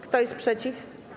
Kto jest przeciw?